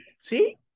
See